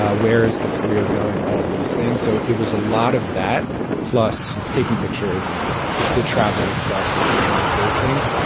ah where's the career going. all of these things so it was a lot of that plus taking pictures and the travel itself and and all of those things.